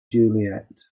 juliet